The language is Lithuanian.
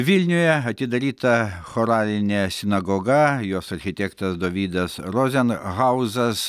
vilniuje atidaryta choralinė sinagoga jos architektas dovydas rozenhauzas